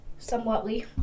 Somewhatly